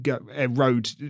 road